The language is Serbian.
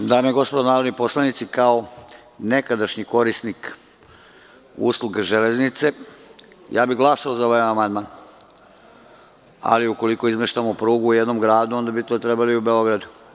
Dame i gospodo narodni poslanici, kao nekadašnji korisnik usluga železnice, glasao bih za ovaj amandman, ali ukoliko izmeštamo prugu u jednom gradu, onda bi to trebali i u Beogradu.